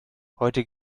heute